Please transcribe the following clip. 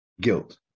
guilt